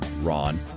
Ron